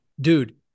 Dude